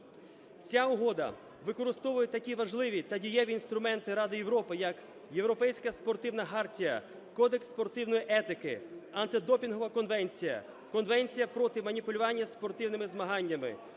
Ця угода використовує такі важливі та дієві інструменти Ради Європи, як Європейська спортивна хартія, Кодекс спортивної етики, Антидопінгова конвенція, Конвенція проти маніпулювання спортивними змаганнями,